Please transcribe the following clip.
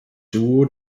duo